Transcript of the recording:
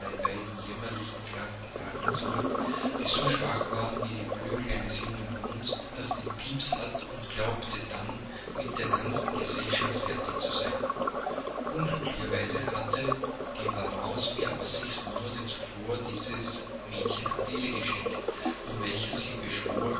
beiden jämmerlichen kranken arme zurück die so schwach waren wie die flügel eines jungen huhns das den pipps hat und glaubte dann mit der ganzen gesellschaft fertig zu sein unglücklicherweise hatte die varens mir aber sechs monate zuvor dieses mädchen adele geschenkt von welcher sie beschwor